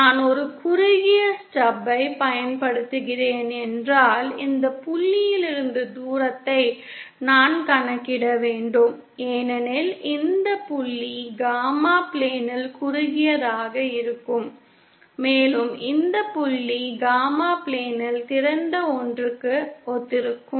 நான் ஒரு குறுகிய ஸ்டப்பைப் பயன்படுத்துகிறேன் என்றால் இந்த புள்ளியிலிருந்து தூரத்தை நான் கணக்கிட வேண்டும் ஏனெனில் இந்த புள்ளி காமா பிளேனில் குறுகியதாக இருக்கும் மேலும் இந்த புள்ளி காமா பிளேனில் திறந்த ஒன்றிற்கு ஒத்திருக்கும்